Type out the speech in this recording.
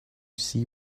see